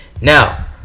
Now